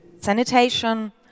sanitation